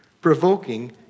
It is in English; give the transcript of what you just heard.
provoking